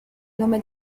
nome